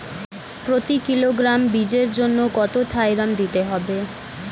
প্রতি কিলোগ্রাম বীজের জন্য কত থাইরাম দিতে হবে?